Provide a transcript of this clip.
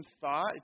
thought